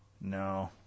No